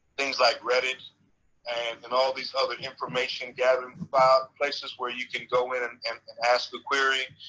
things like reddit and and all these other information gathering places where you can go in and ask the query.